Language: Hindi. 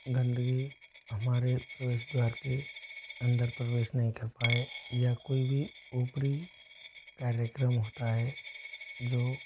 गन्दगी हमारे प्रवेश द्वार के अन्दर प्रवेश कर नहीं पाए या कोई भी ऊपरी कार्यक्रम होता है जो